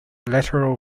lateral